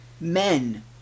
men